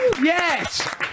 Yes